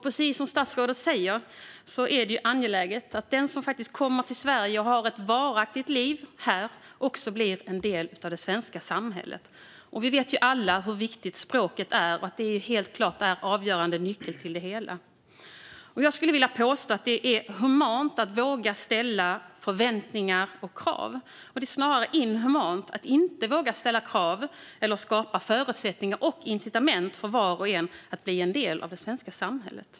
Precis som statsrådet säger är det angeläget att den som kommer till Sverige och har ett varaktigt liv här också blir en del av det svenska samhället. Vi vet alla hur viktigt språket är och att det är en avgörande nyckel. Jag påstår att det är humant att ha förväntningar och ställa krav. Det är snarare inhumant att inte våga ställa krav eller skapa förutsättningar och incitament för var och en att bli en del av det svenska samhället.